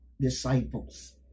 disciples